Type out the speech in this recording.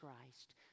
Christ